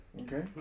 Okay